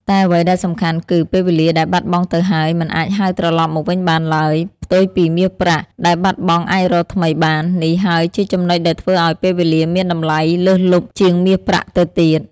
តែអ្វីដែលសំខាន់គឺ ពេលវេលាដែលបាត់បង់ទៅហើយ មិនអាចហៅត្រឡប់មកវិញបានឡើយ ផ្ទុយពីមាសប្រាក់ដែលបាត់បង់អាចរកថ្មីបាន នេះហើយជាចំណុចដែលធ្វើឲ្យពេលវេលាមានតម្លៃលើសលប់ជាងមាសប្រាក់ទៅទៀត។